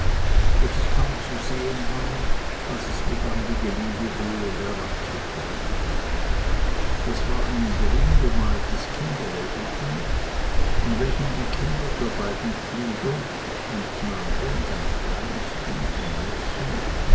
welches kaum zu sehen war als es begann die gelinde höhe heranzukommen das war ein grünbemaltes kinderwägelchen in welchem die kinder der beiden pflüger ein knabe und ein kleines ding von mädchen